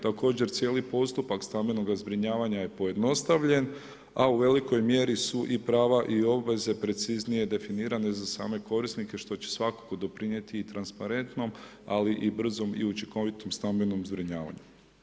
Također cijeli postupak stambenoga zbrinjavanja je pojednostavljen, a u velikoj mjeri su i prava i obveze preciznije definirane za same korisnike, što će svakako doprinijeti i transparentnom, ali i brzom i učinkovitom stambenom zbrinjavanju.